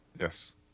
Yes